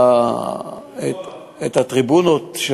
הטריבונות.